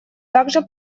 также